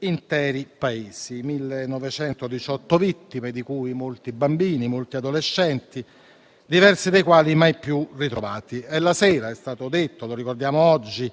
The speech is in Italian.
interi paesi. 1918 vittime, di cui molti bambini e molti adolescenti, diversi dei quali mai più ritrovati. La sera - è stato detto e lo ricordiamo oggi